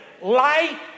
light